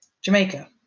Jamaica